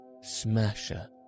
smasher